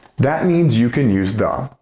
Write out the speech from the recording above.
that means you can use the.